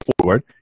forward